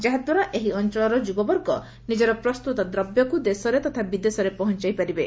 ଯାହାଦ୍ୱାରା ଏହି ଅଞ୍ଚଳର ଯୁବବର୍ଗ ନିଜର ପ୍ରସ୍ତତ ଦ୍ରବ୍ୟକୁ ଦେଶରେ ତଥା ବିଦେଶରେ ପହଞାଇ ପାରିବେ